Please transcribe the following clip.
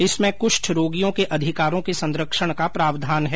इसमें कुष्ठ रोगियों के अधिकारों के संरक्षण का प्रावधान है